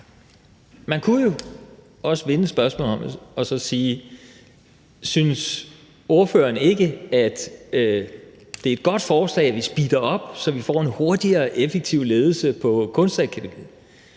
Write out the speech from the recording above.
Man kunne jo også vende spørgsmålet om og så sige: Synes ordføreren ikke, at det er et godt forslag, at vi speeder op, så vi får en hurtig og effektiv ledelse på Kunstakademiet?